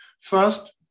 First